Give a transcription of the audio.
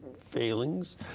failings